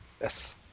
Yes